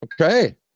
Okay